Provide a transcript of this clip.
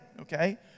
okay